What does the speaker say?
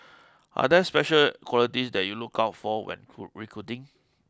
are there special qualities that you look out for when recruiting